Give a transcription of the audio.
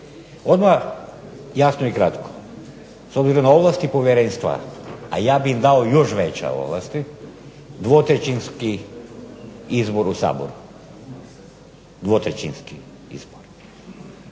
Odmah jasno i kratko, s obzirom na ovlasti povjerenstva, a ja bi im dao još veće ovlasti, dvotrećinski izbor u Saboru, dvotrećinski.